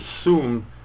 assume